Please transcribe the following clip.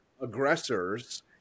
aggressors